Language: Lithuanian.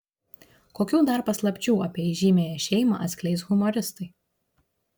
kokių dar paslapčių apie įžymiąją šeimą atskleis humoristai